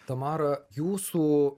tamara jūsų